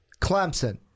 Clemson